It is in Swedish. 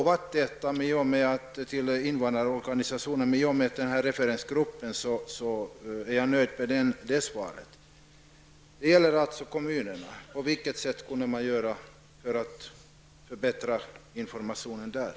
Vad statsrådet säger om denna referensgrupp är jag alltså nöjd med, men min fråga nu är på vilket sätt informationen till kommunerna kan förbättras.